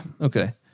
Okay